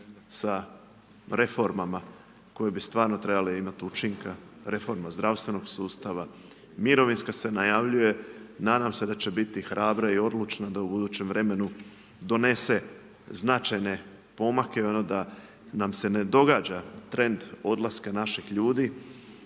sa reformama koje bi stvarno trebale imati učinka reforma zdravstvenog sustava, mirovinska se najavljuje, nadam se da će biti hrabra i odlučna da u budućem vremenu donese značajne pomake da nam se ne događa trend odlaska naših ljudi,